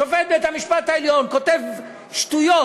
שופט בית-המשפט העליון כותב שטויות,